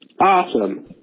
awesome